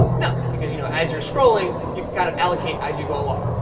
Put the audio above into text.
no, because you know as you're scrolling you can kind of allocate as you go along.